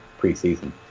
preseason